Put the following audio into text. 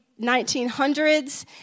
1900s